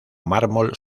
mármol